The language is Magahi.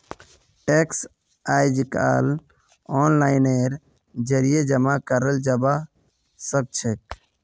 टैक्स अइजकाल ओनलाइनेर जरिए जमा कराल जबा सखछेक